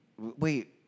Wait